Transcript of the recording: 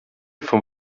vom